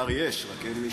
שר יש, רק אין מי שישיב.